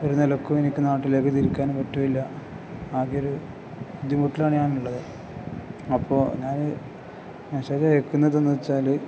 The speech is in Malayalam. ഒരു നിലയ്ക്കും എനിക്ക് നാട്ടിലേക്ക് തിരിക്കാൻ പറ്റുകയില്ല ആകെ ഒരു ബുദ്ധിമുട്ടിലാണ് ഞാൻ ഉള്ളത് അപ്പോൾ ഞാൻ മെസേജ് അയക്കുന്നത് എന്ന് വെച്ചാൽ